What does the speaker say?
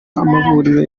amavuriro